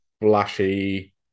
flashy